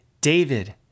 David